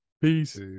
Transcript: Peace